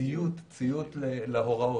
הציות להוראות.